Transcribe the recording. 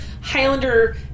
Highlander